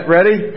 Ready